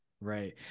Right